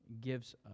gives